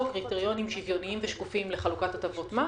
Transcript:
קריטריונים שוויוניים ושקופים לחלוקת הטבות מס,